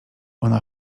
ona